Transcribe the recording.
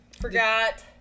forgot